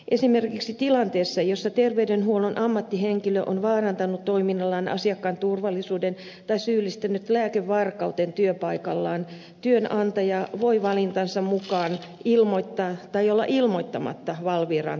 esimerkiksi tilanteessa jossa terveydenhuollon ammattihenkilö on vaarantanut toiminnallaan asiakkaan turvallisuuden tai syyllistynyt lääkevarkauteen työpaikallaan työnantaja voi valintansa mukaan ilmoittaa tai olla ilmoittamatta valviraan tapahtuneesta